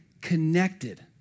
connected